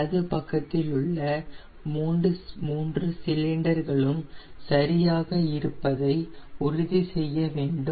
வலது பக்கத்திலுள்ள மூன்று சிலிண்டர் களும் சரியாக இருப்பதை உறுதி செய்ய வேண்டும்